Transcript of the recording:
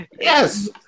Yes